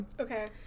Okay